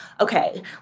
okay